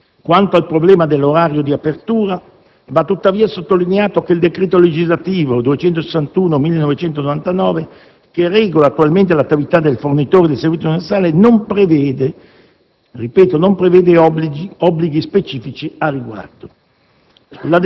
Quanto al problema dell'orario di apertura va, tuttavia, sottolineato che il decreto legislativo n. 261 del 1999, che regola attualmente l'attività del fornitore del servizio universale, non prevede obblighi specifici al riguardo.